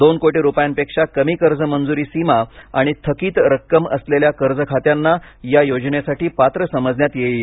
दोन कोटी रुपयांपेक्षा कमी कर्ज मंजुरी सीमा आणि थकित रक्कम असलेल्या कर्ज खात्यांना या योजनेसाठी पात्र समजण्यात येईल